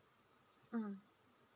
mm